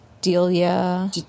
Delia